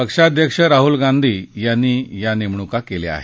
पक्षाध्यक्ष राहुल गांधी यांनी या नेमणूका केल्या आहेत